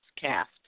cast